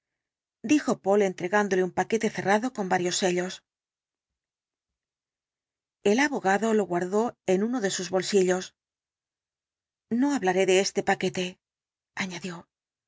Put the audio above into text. dijo poole entregándole un paquete cerrado con varios sellos el abogado lo guardó en uno de sus bolsillos iío hablaré de este paquete añadió